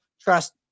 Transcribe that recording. trust